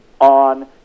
on